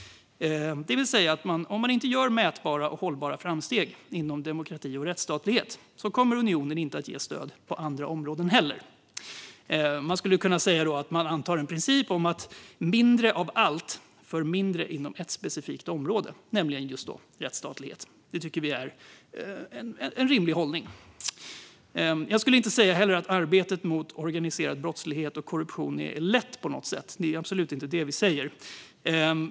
Det vill säga att om man inte gör mätbara och hållbara framsteg när det gäller demokrati och rättsstatlighet kommer unionen inte att ge stöd på andra områden. Man skulle kunna säga att man antar en princip som innebär att man får mindre av allt om man presterar mindre inom ett specifikt område, nämligen rättsstatlighet. Det tycker vi är en rimlig hållning. Jag skulle heller inte säga att arbetet mot organiserad brottslighet och korruption är lätt på något sätt. Det är absolut inte detta vi säger.